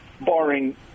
barring